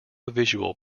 visual